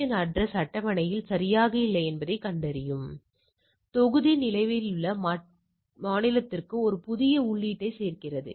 02 எனவே வெளிப்படையாக இது புள்ளியியல்படி முக்கித்துவம் வாய்ந்தது